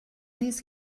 نیست